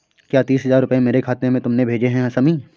क्या तीस हजार रूपए मेरे खाते में तुमने भेजे है शमी?